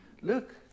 Look